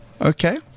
Okay